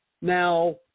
Now